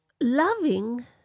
loving